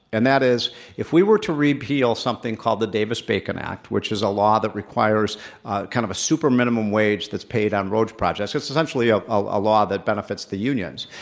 and that is if we were to repeal something called the davis bacon act which is a law that requires kind of a super minimum wage that's paid on roads projects, it's essentially ah a law that benefits the unions.